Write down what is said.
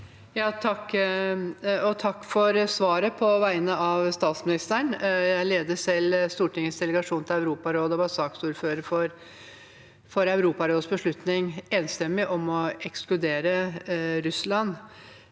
Takk for svaret på vegne av statsministeren. Jeg leder selv Stortingets delegasjon til Europarådet og var saksordfører for Europarådets enstemmige beslutning om å ekskludere Russland.